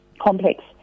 Complex